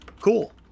Cool